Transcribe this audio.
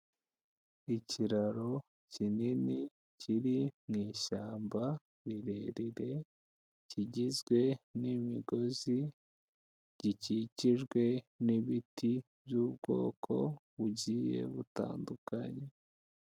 Ikiraro kinini kiri mu ishyamba rirerire, kigizwe n'imigozi, gikikijwe n'ibiti by'ubwoko bugiye butandukanye.